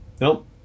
Nope